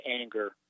anger